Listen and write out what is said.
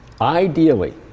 Ideally